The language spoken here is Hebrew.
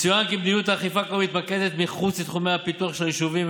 יצוין כי מדיניות האכיפה כיום מתמקדת מחוץ לתחומי הפיתוח של היישובים,